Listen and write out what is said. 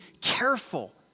careful